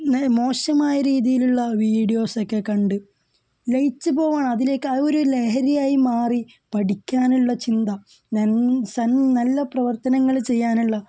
മോശമായ രീതിയിലുള്ള വീഡിയോസ് ഒക്കെ കണ്ട് ലയിച്ചു പോവുന്നു അതിലേക്ക് അത് ഒരു ലഹരിയായി മാറി പഠിക്കാനുള്ള ചിന്ത നല്ല പ്രവർത്തനങ്ങൾ ചെയ്യാനുള്ള